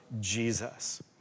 Jesus